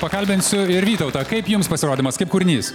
pakalbinsiu ir vytautą kaip jums pasirodymas kaip kūrinys